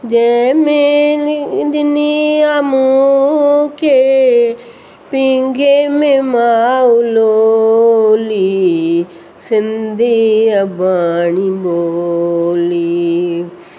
जंहिं में लि ॾिनी आ मूंखे पींघे में माउ लोली सिंधी अबाणी ॿोली